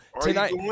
tonight